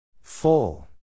Full